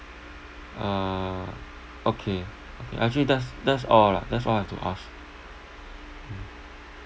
uh okay actually that's that's all lah that's all I've to ask